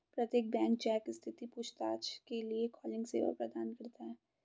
प्रत्येक bank cheque स्थिति पूछताछ के लिए कॉलिंग सेवा प्रदान करता हैं